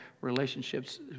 relationships